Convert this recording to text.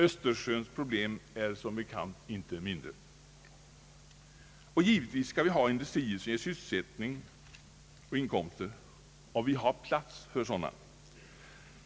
Östersjöns problem är inte mindre. Givetvis skall vi ha industrier som ger sysselsättning och inkomster, och vi har plats för sådana.